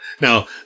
Now